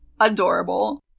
adorable